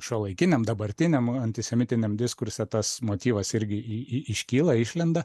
šiuolaikiniam dabartiniam antisemitiniam diskurse tas motyvas irgi i i iškyla išlenda